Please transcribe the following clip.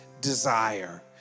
desire